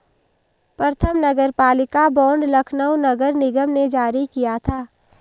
प्रथम नगरपालिका बॉन्ड लखनऊ नगर निगम ने जारी किया था